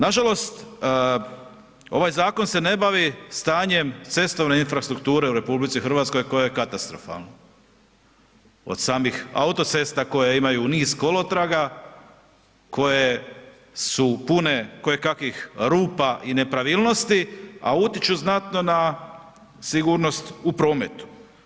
Nažalost, ovaj zakon se ne bavi stanjem cestovne infrastrukture u RH koje je katastrofalno, od samih auto cesta koje imaju niz kolotraga koje su pune kojekakvih rupa i nepravilnosti, a utječu znatno na sigurnost u prometu.